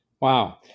Wow